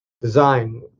design